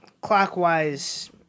clockwise